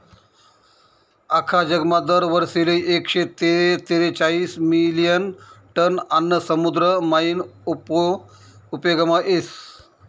आख्खा जगमा दर वरीसले एकशे तेरेचायीस मिलियन टन आन्न समुद्र मायीन उपेगमा येस